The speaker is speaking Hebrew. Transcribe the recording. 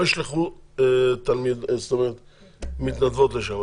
לא ישלחו מתנדבות לשם.